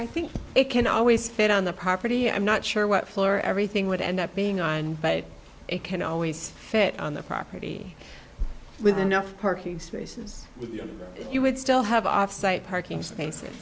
i think it can always fit on the property i'm not sure what floor everything would end up being on but it can always fit on the property with enough parking spaces with you would still have offsite parking spaces